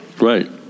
Right